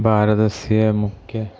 भारतस्य मुख्यम्